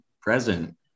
present